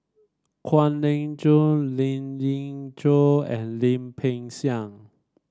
Kwek Leng Joo Lien Ying Chow and Lim Peng Siang